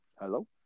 Hello